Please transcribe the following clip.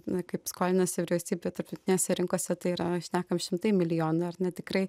na kaip skolinasi vyriausybė tarptautinėse rinkose tai yra šnekam šimtai milijonų ar ne tikrai